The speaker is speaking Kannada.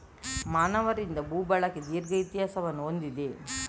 ಮಾನವರಿಂದ ಭೂ ಬಳಕೆ ದೀರ್ಘ ಇತಿಹಾಸವನ್ನು ಹೊಂದಿದೆ